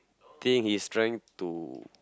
think he's trying to